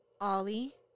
ollie